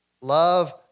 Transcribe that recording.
Love